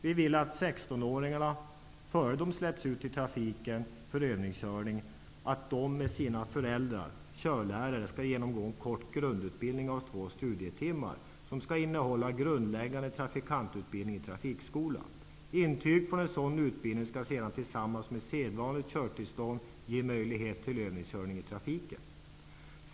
Vi vill att 16-åringarna, innan de släpps ut i trafiken för övningskörning, med sina föräldrar/körlärare skall genomgå en kort grundutbildning omfattande två studietimmar som skall innehålla en grundläggande trafikantutbildning i trafikskola. Intyg från en sådan utbildning skall sedan tillsammans med sedvanligt körtillstånd ge möjlighet till övningskörning i trafiken.